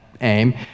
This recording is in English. aim